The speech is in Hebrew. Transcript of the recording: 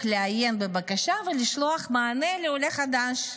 לעיין בבקשה ולשלוח מענה לעולה חדש?